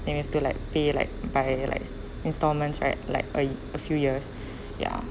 then you have to like pay like buy like instalments right like a a few years ya